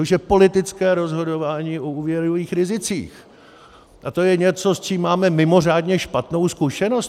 To už je politické rozhodování o úvěrových rizicích a to je něco, s čím máme mimořádně špatnou zkušenost.